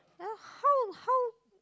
ya how how